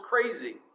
crazy